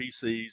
PCs